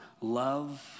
love